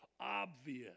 obvious